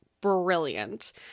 brilliant